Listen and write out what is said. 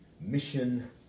Mission